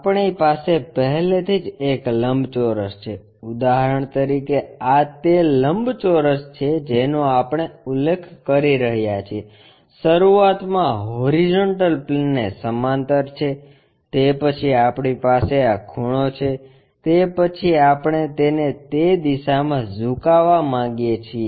આપણી પાસે પહેલેથી જ એક લંબચોરસ છે ઉદાહરણ તરીકે આ તે લંબચોરસ છે જેનો આપણે ઉલ્લેખ કરી રહ્યા છીએ શરૂઆતમાં હોરીઝોન્ટલ પ્લેનને સમાંતર છે તે પછી આપણી પાસે આ ખૂણો છે તે પછી આપણે તેને તે દિશામાં ઝુકાવવા માંગીએ છીએ